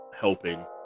helping